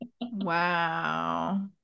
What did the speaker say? Wow